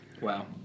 Wow